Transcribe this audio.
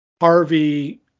Harvey